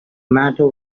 matter